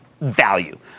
value